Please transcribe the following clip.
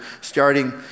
starting